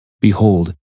behold